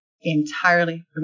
entirely